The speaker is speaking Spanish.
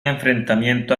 enfrentamiento